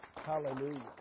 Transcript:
Hallelujah